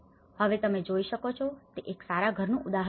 હવે તમે જે જોઈ શકો તે એક સારા ઘરનું ઉદાહરણ છે